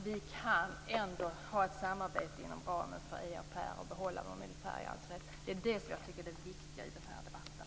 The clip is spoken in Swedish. Vi kan ha ett samarbete inom ramen för EAPR och ändå behålla vår militära alliansfrihet. Det är det viktiga i den här debatten.